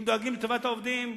אם דואגים לטובת העובדים,